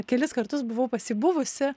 kelis kartus buvau pas jį buvusi